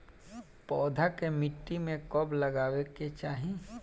पौधा के मिट्टी में कब लगावे के चाहि?